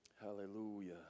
Hallelujah